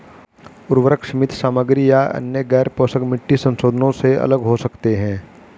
उर्वरक सीमित सामग्री या अन्य गैरपोषक मिट्टी संशोधनों से अलग हो सकते हैं